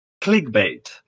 clickbait